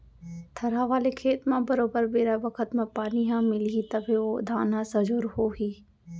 थरहा वाले खेत म बरोबर बेरा बखत म पानी ह मिलही तभे ओ धान ह सजोर हो ही